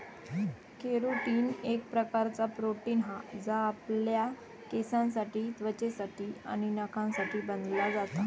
carotene एक प्रकारचा protein हा जा आपल्या केसांसाठी त्वचेसाठी आणि नखांसाठी बनला जाता